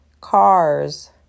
cars